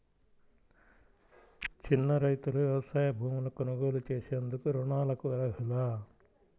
చిన్న రైతులు వ్యవసాయ భూములు కొనుగోలు చేసేందుకు రుణాలకు అర్హులా?